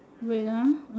wait ah